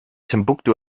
timbuktu